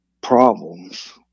problems